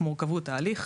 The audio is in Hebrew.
מורכבות ההליך,